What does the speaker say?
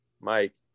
Mike